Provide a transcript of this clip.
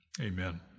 Amen